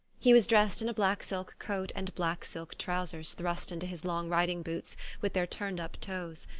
he was dressed in a black silk coat and black silk trousers thrust into his, long riding boots with their turned-up toes,